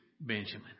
Benjamin